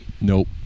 Nope